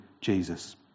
Jesus